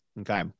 Okay